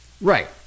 Right